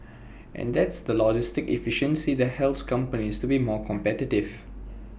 and that's the logistic efficiency that helps companies to be more competitive